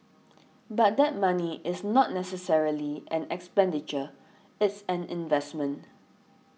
but that money is not necessarily an expenditure it's an investment